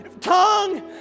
tongue